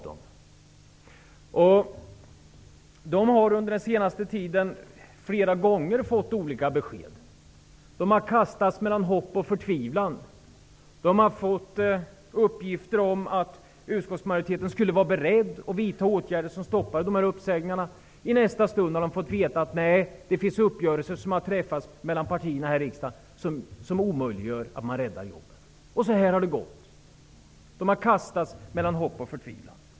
De har under den senaste tiden flera gånger fått olika besked och har kastats mellan hopp och förtvivlan. De har fått uppgifter om att utskottsmajoriteten skulle vara beredd att vidta åtgärder som stoppar uppsägningarna. I nästa stund har de fått veta att det har träffats uppgörelser mellan partierna i riksdagen som gör det omöjligt att rädda jobben. På det här sättet har det gått till. De har kastats mellan hopp och förtvivlan.